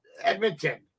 Edmonton